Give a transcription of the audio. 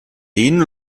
den